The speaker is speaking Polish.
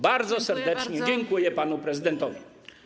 Bardzo serdecznie dziękuję panu prezydentowi.